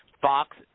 Fox